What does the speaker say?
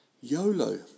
YOLO